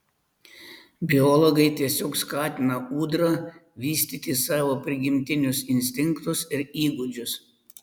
biologai tiesiog skatina ūdra vystyti savo prigimtinius instinktus ir įgūdžius